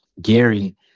Gary